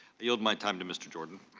kneeled my time to mr. jordan.